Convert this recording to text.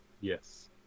Yes